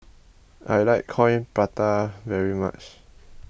I like Coin Prata very much